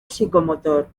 psicomotor